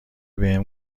بهم